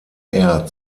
air